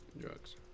Drugs